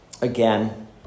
again